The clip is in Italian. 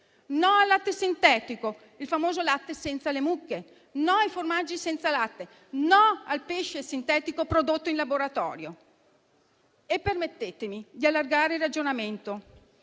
no al latte sintetico (il famoso latte senza le mucche); no ai formaggi senza latte; no al pesce sintetico prodotto in laboratorio. Permettetemi di allargare il ragionamento.